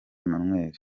emmanuel